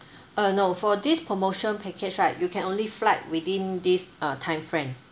uh no for this promotion package right you can only fly within this uh time frame